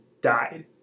died